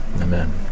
Amen